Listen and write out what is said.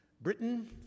Britain